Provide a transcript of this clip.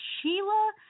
Sheila